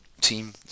team